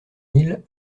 mille